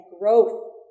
growth